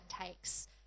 takes